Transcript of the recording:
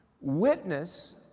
Witness